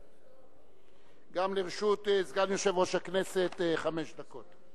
גם לרשות סגן יושב-ראש הכנסת חמש דקות.